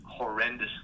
horrendously